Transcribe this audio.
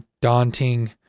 daunting